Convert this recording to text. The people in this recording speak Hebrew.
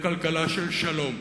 לכלכלה של שלום?